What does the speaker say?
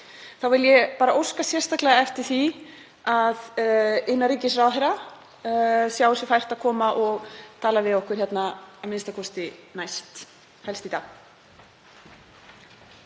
Þá vil ég óska sérstaklega eftir því að innanríkisráðherra sjái sér fært að koma og tala við okkur hérna, a.m.k. næst, helst í dag.